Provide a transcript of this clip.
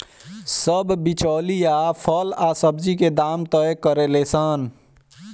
सब बिचौलिया फल आ सब्जी के दाम तय करेले सन